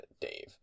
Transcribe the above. Dave